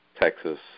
Texas